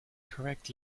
correct